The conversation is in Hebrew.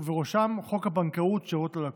ובראשם חוק הבנקאות (שירות ללקוח).